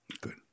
Good